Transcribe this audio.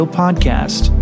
podcast